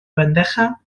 bandeja